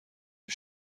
این